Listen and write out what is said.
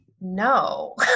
No